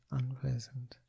unpleasant